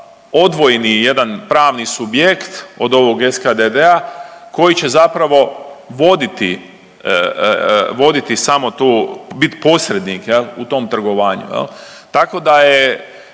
odvojni jedan pravni subjekt od ovog SKDD-a koji će zapravo voditi samo tu bit posrednik u tom trgovanju. Tako da je